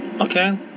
Okay